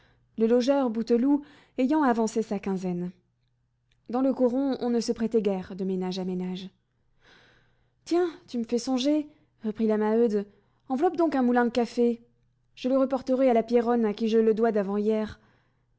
le logeur bouteloup ayant avancé sa quinzaine dans le coron on ne se prêtait guère de ménage à ménage tiens tu me fais songer reprit la maheude enveloppe donc un moulin de café je le reporterai à la pierronne à qui je le dois d'avant-hier